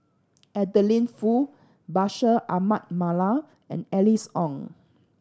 Adeline Foo Bashir Ahmad Mallal and Alice Ong